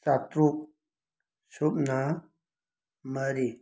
ꯆꯥꯇ꯭ꯔꯨꯛ ꯁꯨꯞꯅ ꯃꯔꯤ